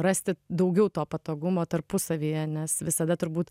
rasti daugiau to patogumo tarpusavyje nes visada turbūt